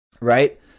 right